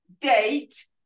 date